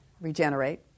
regenerate